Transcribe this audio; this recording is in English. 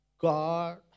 God